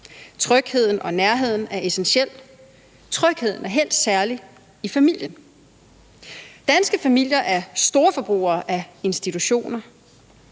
Trygheden og nærheden er essentiel, og helt særlig er trygheden i familien. Danske familier er storforbrugere af institutioner.